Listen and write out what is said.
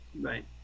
Right